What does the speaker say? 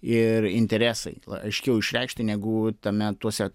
ir interesai aiškiau išreikšti negu tame tuose